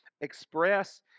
Express